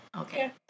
Okay